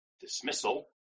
dismissal